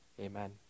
Amen